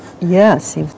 Yes